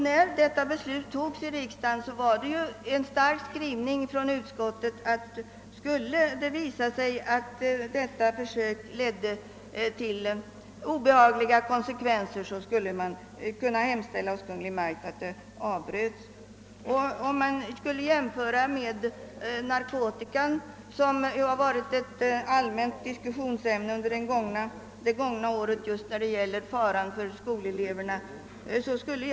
När beslutet fattades i riksdagen skrev utskottet mycket bestämt, att om det skulle visa sig att detta försök ledde till obehagliga konsekvenser skulle man kunna hemställa hos Kungl. Maj:t att det avbröts. Narkotikan har ju varit ett allmänt diskussionsämne under det gångna året och faran för skoleleverna har debatterats.